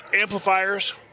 amplifiers